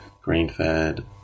grain-fed